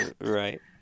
right